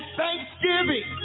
thanksgiving